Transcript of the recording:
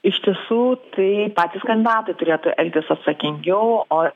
iš tiesų tai patys kandidatai turėtų elgtis atsakingiau o